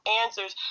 answers